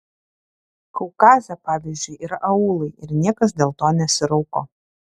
kaukaze pavyzdžiui yra aūlai ir niekas dėl to nesirauko